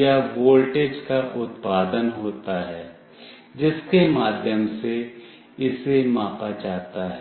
या वोल्टेज का उत्पादन होता है जिसके माध्यम से इसे मापा जाता है